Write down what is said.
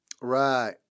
Right